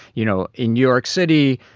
you know, in york city,